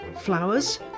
flowers